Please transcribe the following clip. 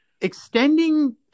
Extending